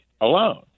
alone